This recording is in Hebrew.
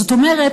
זאת אומרת,